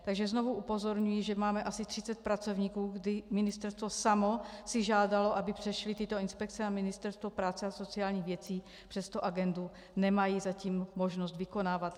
Takže znovu upozorňuji, že máme asi 30 pracovníků, kdy ministerstvo samo si žádalo, aby přešly tyto inspekce na Ministerstvo práce a sociálních věcí, přesto agendu nemají zatím možnost vykonávat.